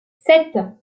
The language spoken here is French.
sept